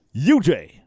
UJ